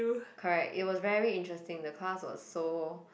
correct it was very interesting the course was so